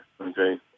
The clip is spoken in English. Okay